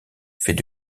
faits